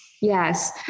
Yes